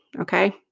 Okay